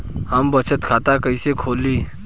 हम बचत खाता कइसे खोलीं?